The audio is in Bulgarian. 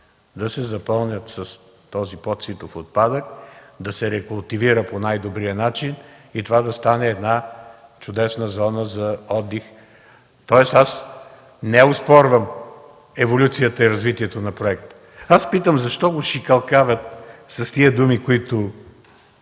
да се запълнят с този подситов отпадък, да се рекултивира по най-добрия начин и това да стане една чудесна зона за отдих. Аз не оспорвам еволюцията и развитието на проекта. Питам защо го шикалкавят с тези думи, които